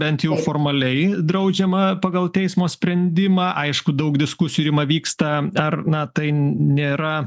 bent jau formaliai draudžiama pagal teismo sprendimą aišku daug diskusijų rima vyksta ar na tai nėra